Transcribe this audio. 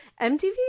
MTV